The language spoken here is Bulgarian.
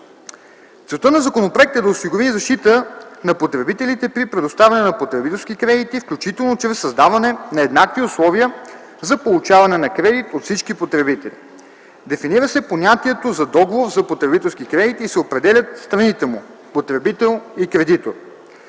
Целта на законопроекта е да осигури защита на потребителите при предоставяне на потребителски кредити, включително чрез създаване на еднакви условия за получаване на кредит от всички потребители. Дефинира се понятието за договор за потребителски кредити и се определят страните му – потребител и кредитор.